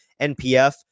NPF